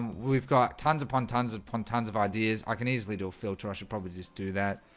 we've got tons upon tons upon tons of ideas. i can easily do a filter. i should probably just do that.